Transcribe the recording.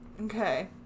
Okay